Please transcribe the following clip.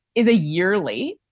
is a yearly.